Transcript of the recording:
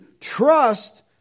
trust